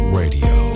radio